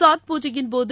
சாத் பூஜையின்போது